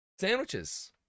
sandwiches